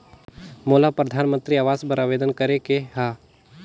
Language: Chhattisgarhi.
मोला परधानमंतरी आवास बर आवेदन करे के हा?